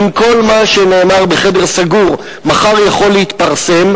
אם כל מה שנאמר בחדר סגור מחר יכול להתפרסם,